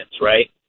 right